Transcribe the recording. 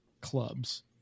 clubs